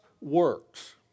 works